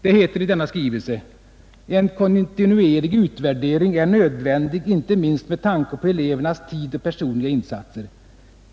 Det heter i denna skrivelse: ”En kontinuerlig utvärdering är nödvändig inte minst med tanke på elevernas tid och personliga insatser.